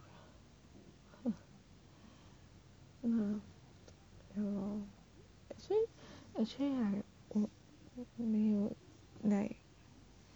err err ya lor actually actually right 我没有 like